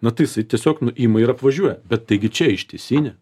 na tai jisai tiesiog nu ima ir apvažiuoja bet taigi čia ištisinė